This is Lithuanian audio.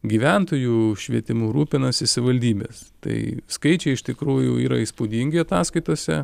gyventojų švietimu rūpinasi savivaldybės tai skaičiai iš tikrųjų yra įspūdingi ataskaitose